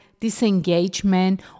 disengagement